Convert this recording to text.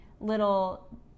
little